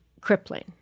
Crippling